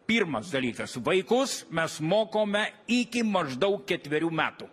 pirmas dalykas vaikus mes mokome iki maždaug ketverių metų